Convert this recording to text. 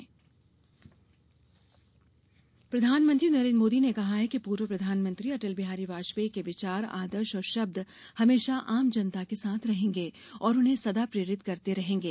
मोदी संबोधन प्रधानमंत्री नरेन्द्र मोदी ने कहा है कि पूर्व प्रधानमंत्री अटल बिहारी वाजपेयी के विचार आदर्श और शब्द हमेशा आम जनता के साथ रहेंगे और उन्हें सदा प्रेरित करते रहेंगे